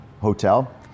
hotel